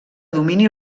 domini